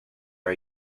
are